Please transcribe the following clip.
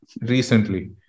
recently